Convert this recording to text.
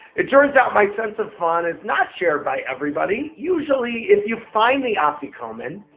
it turns out my sense of fun is not shared by everybody. usually if you find the afikoman,